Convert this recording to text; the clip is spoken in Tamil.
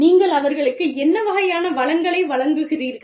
நீங்கள் அவர்களுக்கு என்ன வகையான வளங்களை வழங்குகிறீர்கள்